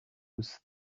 use